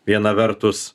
viena vertus